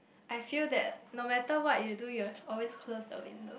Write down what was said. I feel that no matter what you do you always close the window